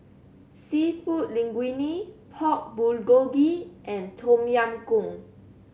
Seafood Linguine Pork Bulgogi and Tom Yam Goong